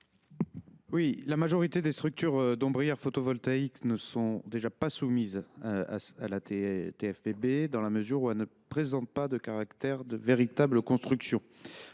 ? La majorité des structures d’ombrières photovoltaïques sont déjà exonérées de TFPB dans la mesure où elles ne présentent pas le caractère de véritable construction.